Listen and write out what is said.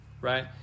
right